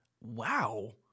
Wow